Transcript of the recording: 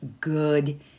good